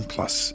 Plus